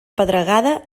pedregada